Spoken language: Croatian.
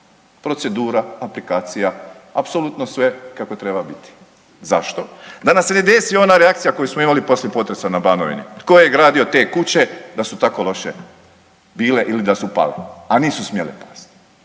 Procedura, aplikacija, apsolutno sve kako treba biti. Zašto? Da nam se ne desi ona reakcija koju smo imali poslije potresa na Banovini tko je gradio te kuće da su tako loše bile ili da su pale, a nisu smjele pasti.